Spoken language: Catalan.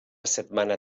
setmana